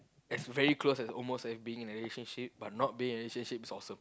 as very close as almost as being in a relationship but not being in a relationship is awesome